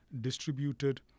distributed